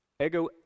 ego